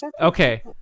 Okay